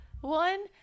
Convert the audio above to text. one